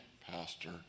pastor